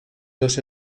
los